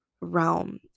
realm